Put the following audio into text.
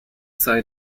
sei